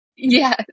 Yes